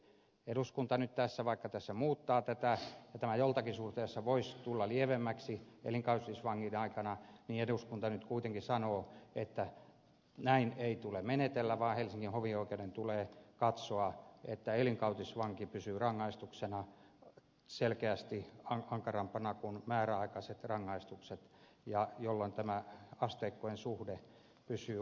eduskunta nyt tässä vaikka tässä muuttaa tätä ja tämä jossakin suhteessa voisi tulla lievemmäksi elinkautisvankeuden aikana kuitenkin sanoo että näin ei tule menetellä vaan helsingin hovioikeuden tulee katsoa että elinkautisvankeus pysyy rangaistuksena selvästi ankarampana kuin määräaikaiset rangaistukset jolloin tämä asteikkojen suhde pysyy oikeana